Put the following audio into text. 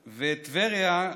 טבריה,